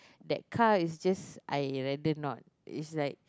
that car is just I like that not is like